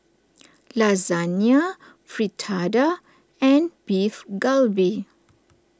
Lasagne Fritada and Beef Galbi